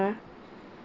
ah